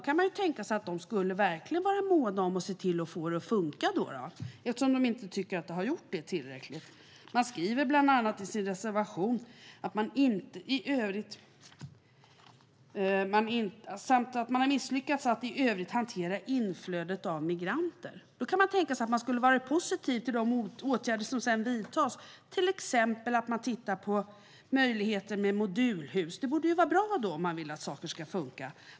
Man kan ju tänka sig att ni i det partiet verkligen skulle vara måna om att få det att funka eftersom ni inte tycker att det har funkat tillräckligt väl. Ni skriver bland annat i er reservation att man har misslyckats med att "hantera inflödet av migranter". Då kan man tänka sig att ni skulle vara positiva till de åtgärder som sedan vidtas, till exempel att man tittar på möjligheter med modulhus. Det borde vara bra om ni vill att saker ska funka.